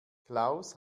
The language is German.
klaus